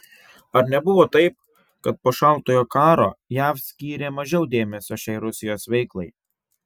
ar nebuvo taip kad po šaltojo karo jav skyrė mažiau dėmesio šiai rusijos veiklai